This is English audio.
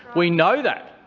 we know that.